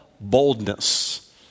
boldness